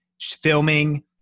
filming